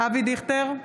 אבי דיכטר,